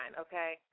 Okay